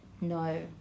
No